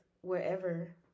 wherever